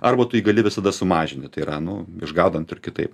arba tu jį gali visada sumažinti tai yra nu išgaudant ir kitaip